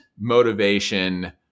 motivation